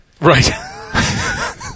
Right